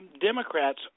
Democrats